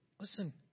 listen